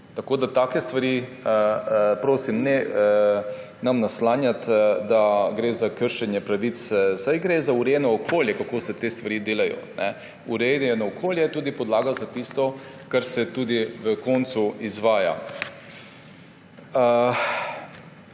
Tako da takih stvari, prosim, ne nam naslanjati, da gre za kršenje pravic, saj gre za urejeno okolje, kako se te stvari delajo. Urejeno okolje je tudi podlaga za tisto, kar se na koncu izvaja.